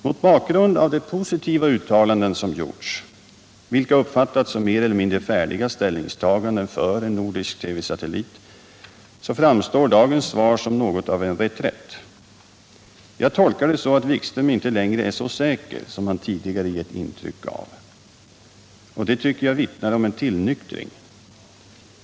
Mot bakgrund av de positiva uttalanden som gjorts, vilka uppfattats som mer eller mindre färdiga ställningstaganden för en nordisk TV-satellit, framstår dagens svar som något av en reträtt. Jag tolkar det så att Wikström inte längre är så säker som han tidigare givit intryck av. Det tycker jag vittnar om en tillnyktring.